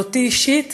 ואותי אישית